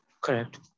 Correct